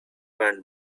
banned